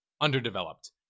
underdeveloped